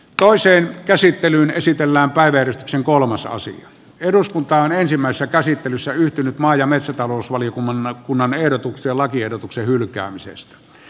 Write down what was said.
toiseen käsittelyyn esitelläänpä veri sen kolmessa osin eduskuntaan ensimmäisessä käsittelyssä yhtynyt maa ja metsätalousvaliokunnan ehdotukseen lakiehdotuksen hylkäämisestä